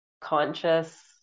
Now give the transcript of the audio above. conscious